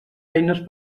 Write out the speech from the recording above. eines